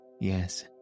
Yes